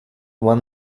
one